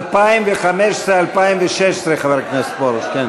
2015, 2016, כן, חבר הכנסת פרוש.